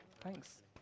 Thanks